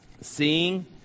Seeing